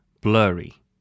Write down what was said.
Blurry